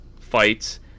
fights